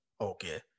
okay